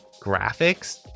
graphics